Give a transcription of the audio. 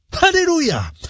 hallelujah